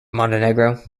montenegro